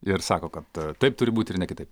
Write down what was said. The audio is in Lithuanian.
ir sako kad taip turi būti ir ne kitaip